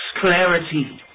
clarity